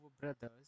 brothers